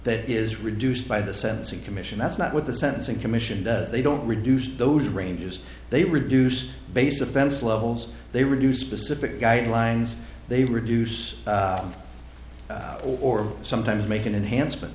that is reduced by the sentencing commission that's not what the sentencing commission does they don't reduce those ranges they reduce base offense levels they reduce specific guidelines they reduce or sometimes make an enhanced